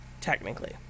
technically